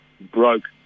broke